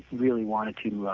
really wanted to ah